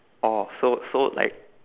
oh so so like